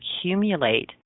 accumulate